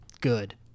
good